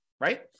right